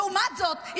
לעומת זאת,